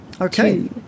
Okay